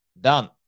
Done